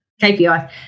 KPIs